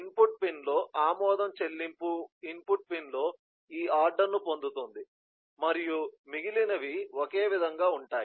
input పిన్లో ఆమోదం చెల్లింపు ఇన్పుట్ పిన్లో ఈ ఆర్డర్ను పొందుతుంది మరియు మిగిలినవి ఒకే విధంగా ఉంటాయి